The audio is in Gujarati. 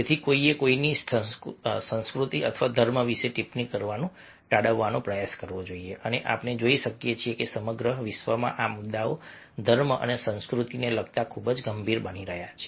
તેથી કોઈએ કોઈની સંસ્કૃતિ અથવા ધર્મ વિશે ટિપ્પણી કરવાનું ટાળવાનો પ્રયાસ કરવો જોઈએ અને આપણે જોઈ શકીએ છીએ કે સમગ્ર વિશ્વમાં આ મુદ્દાઓ ધર્મ અને સંસ્કૃતિને લગતા ખૂબ જ ગંભીર બની રહ્યા છે